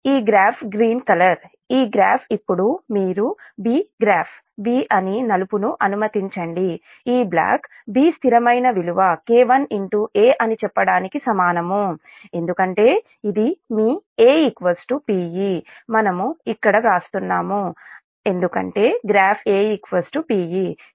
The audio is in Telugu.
ఈ గ్రాఫ్ గ్రీన్ కలర్ ఈ గ్రాఫ్ ఇప్పుడు మీరు 'B' గ్రాఫ్ 'B' అని నలుపును అనుమతించండి ఈ బ్లాక్ 'B' స్థిరమైన విలువ K1 A అని చెప్పడానికి సమానం ఎందుకంటే ఇది మీ A Pe మనము ఇక్కడ వ్రాస్తున్నాము ఎందుకంటే గ్రాఫ్ A Pe